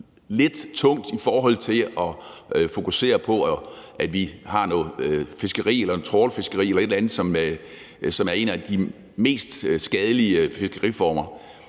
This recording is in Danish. lidt tungt i forhold til at fokusere på, at vi har noget fiskeri eller trawlfiskeri eller sådan noget, som er en af de mest skadelige fiskeriformer.